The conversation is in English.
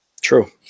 True